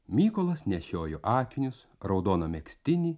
mykolas nešiojo akinius raudoną megztinį